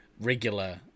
regular